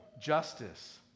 Justice